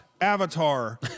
Avatar